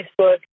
Facebook